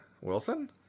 Wilson